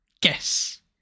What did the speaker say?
guess